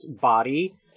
body